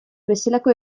bezalako